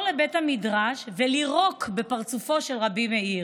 לבית המדרש ולירוק בפרצופו של רבי מאיר.